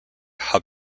hub